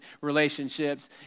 relationships